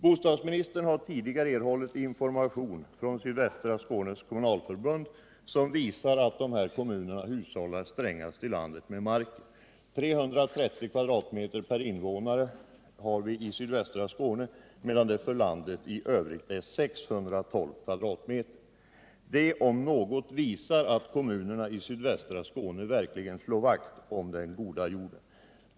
Bostadsministern har tidigare erhållit information från Sydvästra Skånes kommunalförbund, som visar att dessa kommuner hushållar strängast i landet med marken. 330 m? per invånare har vi i sydvästra Skånes tätorter medan det för landets tätorter i övrigt är 612 m?. Det om något visar att kommunerna i sydvästra Skåne verkligen slår vakt om den goda jorden.